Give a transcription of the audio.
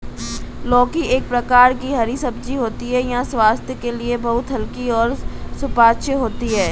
लौकी एक प्रकार की हरी सब्जी होती है यह स्वास्थ्य के लिए बहुत हल्की और सुपाच्य होती है